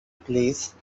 please